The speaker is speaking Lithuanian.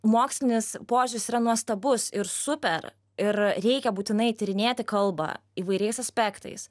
mokslinis požiūris yra nuostabus ir super ir reikia būtinai tyrinėti kalbą įvairiais aspektais